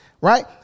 Right